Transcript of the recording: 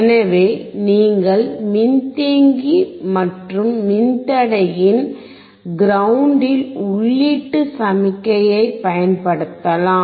எனவே நீங்கள் மின்தேக்கி மற்றும் மின்தடையின் கிரௌண்டில் உள்ளீட்டு சமிக்ஞையைப் பயன்படுத்தலாம்